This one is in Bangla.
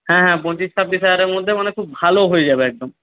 হ্যাঁ হ্যাঁ পঁচিশ ছাব্বিশ হাজারের মধ্যে মানে খুব ভালো হয়ে যাবে একদম